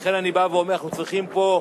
לכן אני בא ואומר: אנחנו צריכים פה,